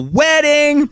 wedding